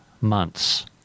months